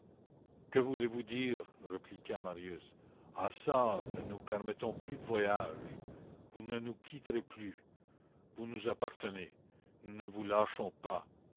que voulez-vous dire répliqua marius ah çà nous ne permettons plus de voyage vous ne nous quitterez plus vous nous appartenez nous ne vous lâchons pas